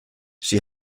she